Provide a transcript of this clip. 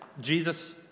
Jesus